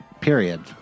period